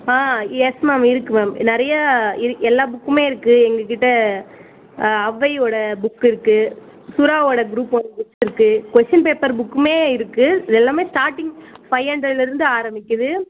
ஆ yes ma'am இருக்குது ma'am நிறையா இருக்கு எல்லா புக்குமே இருக்குது எங்கள்கிட்ட ஒளவையோடய புக்கு இருக்குது சுறாவோடய க்ரூப் ஒன் புக்ஸ் இருக்குது கொஷின் பேப்பர் புக்குமே இருக்குது எல்லாமே ஸ்டார்ட்டிங் ஃபைவ் ஹண்ட்ரட்லிருந்து ஆரம்பிக்கிறது